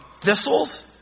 thistles